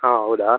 ಹಾಂ ಹೌದಾ